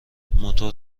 موتور